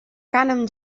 cànem